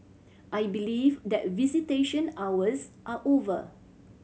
I believe that visitation hours are over